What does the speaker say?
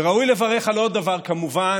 וראוי לברך על עוד דבר כמובן,